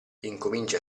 incomincia